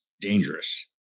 dangerous